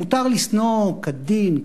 מותר לשנוא כדין,